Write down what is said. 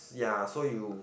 ya so you